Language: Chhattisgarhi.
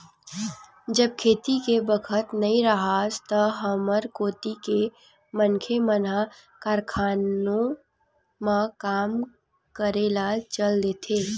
जब खेती के बखत नइ राहय त हमर कोती के मनखे मन ह कारखानों म काम करे ल चल देथे